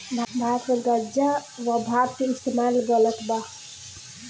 भारत मे गांजा आ भांग के इस्तमाल गलत बा